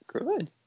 Good